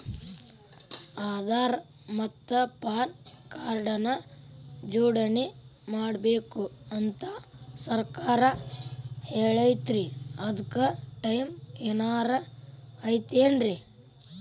ಆಧಾರ ಮತ್ತ PAN card ನ ಜೋಡಣೆ ಮಾಡ್ಬೇಕು ಅಂತಾ ಸರ್ಕಾರ ಹೇಳೈತ್ರಿ ಅದ್ಕ ಟೈಮ್ ಏನಾರ ಐತೇನ್ರೇ?